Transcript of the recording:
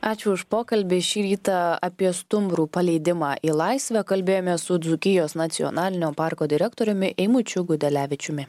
ačiū už pokalbį šį rytą apie stumbrų paleidimą į laisvę kalbėjomės su dzūkijos nacionalinio parko direktoriumi eimučiu gudelevičiumi